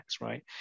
right